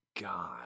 God